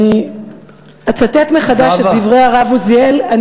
אני אצטט מחדש את דברי הרב עוזיאל.